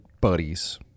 buddies